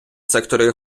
секторі